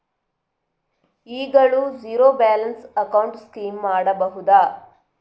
ಈಗಲೂ zero balance account scheme ಮಾಡಬಹುದಾ?